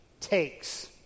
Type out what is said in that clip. takes